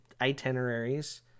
itineraries